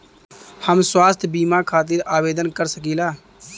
हम स्वास्थ्य बीमा खातिर आवेदन कर सकीला?